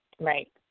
Right